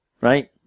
right